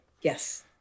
Yes